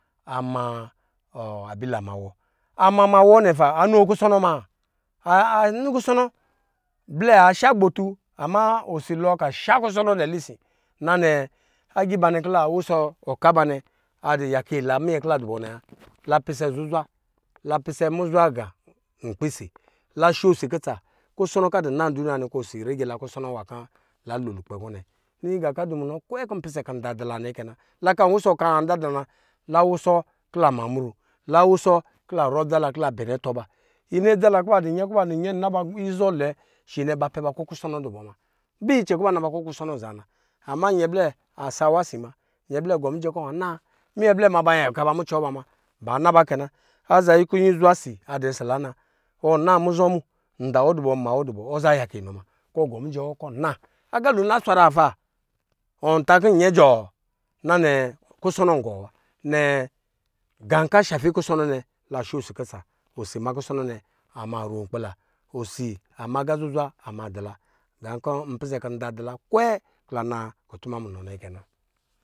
Ama abila ma wɔ ama wɔ nɛ pa ano kusɔnɔ ma, ani ku sɔnɔ blɛ ashagbotu ama osi alɔɔ kɔ ashakusɔnɔ nɛ lesi agiba nɛ kɔ la wusɔ pkaba nɛ a dɔ yaka ila mmyɛ kɔ la dubɔ nɛ wa la pisɛ zuzwa la pisɛ muza aya nkpi si la sho osi kutsa kusɔnɔ kɔ adɔ naa ndunuya nɛ kɔ osi areg la kusɔnɔ nwa kɔ la lo lukpɔ kɔnɛ ngan kɔ ndu munɔ kwɛɛ kɔ npisɛ ida dula lukpɛ isisa nɛ kɛ na la kan wusɔ ɔka nwanɛ dadra na, la wusɔ kɔ la ma mlɔ, la wusɔ kɔ la ma mlɔ la wusɔ kɔ la rɔ adza la kɔ la pɛnɛ atɔ ba yini adea la kɔ ba dɔ nyɛ kɔ ba du nyɛ naba muzɔ lɛ nɛ ba pɛ ba kɔ kusɔnɔ adu bɔ muna shi nɛ ba pa ba kɔ kusɔnɔ adu bɔ muna, ba icɛ kɔ ba na ba kɔ kusɔnɔ azaa na nyɛblɛ ansawa si muna, nyɛ blɛ agɔ muɛ kɔ anaa, minyɛ blɛ ma ba yaka ba musɔ ba muna ba naba kɛna aza ku nyi zwa si adubɔ ɔsɔ la na ɔna muzɔ mu mma wɔ dubɔ nda wɔ adubɔ ɔza yaka iba muna kɔ ɔ ma mijɛ wɔ kɔ ɔ na aga lo na swara zaa pa ɔnta kɔ nyɛ jɔɔ nanɛɛ kusɔnɔ angɔɔ wa nɛɛ nga kɔ nga kɔ ashafe kusɔnɔ lasho osi kutsa osi ma kusɔnɔ nɛ amaro nkpila osi ama aga zuzwa amadula nga kɔ ndɔ pisɛ kɔ nda dɔ la kwɛ kɔ la na kutuma munɛ nɛ kɛ na.